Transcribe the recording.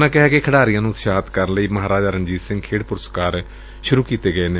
ਉਨ੍ਹਾਂ ਕਿਹਾ ਕਿ ਖਿਡਾਰੀਆਂ ਨ੍ਹ ਉਤਸ਼ਾਹਿਤ ਕਰਨ ਲਈ ਮਹਾਰਾਜਾ ਰਣਜੀਤ ਸਿੰਘ ਖੇਡ ਪੁਰਸਕਾਰ ਸੂਰੁ ਕੀਤੇ ਗਏ ਨੇ